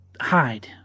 hide